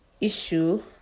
issue